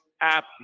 app